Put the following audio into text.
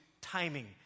timing